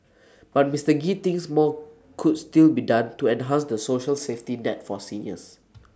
but Mister Gee thinks more could still be done to enhance the social safety net for seniors